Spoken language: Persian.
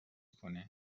کنه